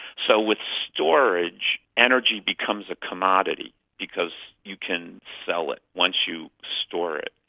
so with storage, energy becomes a commodity because you can sell it once you store it.